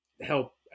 help